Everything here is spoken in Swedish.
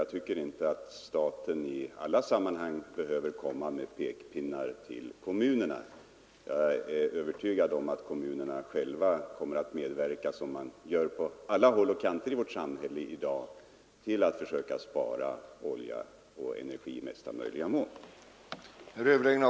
Jag tycker inte att staten i alla sammanhang behöver komma med pekpinnar till kommunerna. Jag är övertygad om att kommunerna själva kommer att medverka, såsom sker på alla andra håll i vårt samhälle i dag, till att försöka spara energi och olja i största möjliga utsträckning.